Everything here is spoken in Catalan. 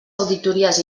auditories